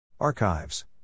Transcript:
Archives